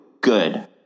Good